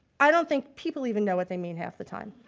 i don't think people even know what they mean half the time,